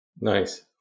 Nice